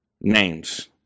names